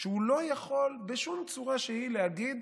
שהוא לא יכול בשום צורה שהיא להגיד